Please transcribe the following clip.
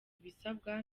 ibisabwa